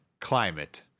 climate